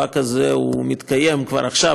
המאבק הזה מתקיים כבר עכשיו,